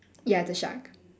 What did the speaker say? ya the shark